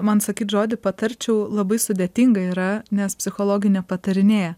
man sakyt žodį patarčiau labai sudėtinga yra nes psichologai nepatarinėja